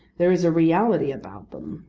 there is a reality about them,